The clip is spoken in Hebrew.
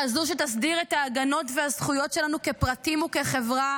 כזו שתסדיר את ההגנות והזכויות שלנו כפרטים וכחברה,